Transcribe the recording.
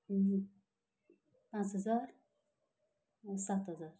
पाँच हजार सात हजार